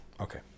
Okay